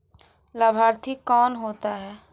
लाभार्थी कौन होता है?